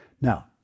Now